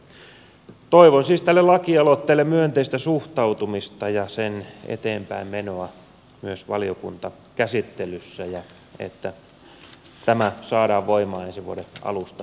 toivon siis tälle lakialoitteelle myönteistä suhtautumista ja sen eteenpäinmenoa myös valiokuntakäsittelyssä ja että tämä saadaan voimaan ensi vuoden alusta